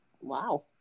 wow